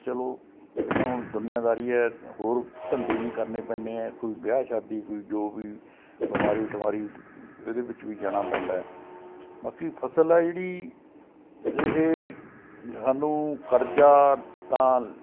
ਚਲੋ ਇਹ ਤਾਂ ਹੁਣ ਦੁਨੀਆਂਦਾਰੀ ਹੈ ਹੋਰ ਧੰਦੇ ਵੀ ਕਰਨੇ ਪੈਣੇ ਆ ਕੋਈ ਵਿਆਹ ਸ਼ਾਦੀ ਕੋਈ ਜੋ ਵੀ ਬਿਮਾਰੀ ਠਮਾਰੀ ਇਹਦੇ ਵਿੱਚ ਵੀ ਜਾਣਾ ਪੈਂਦਾ ਬਾਕੀ ਫਸਲ ਹੈ ਜਿਹੜੀ ਇਹ ਸਾਨੂੰ ਕਰਜ਼ਾ ਤਾਂ